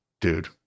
dude